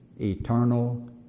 eternal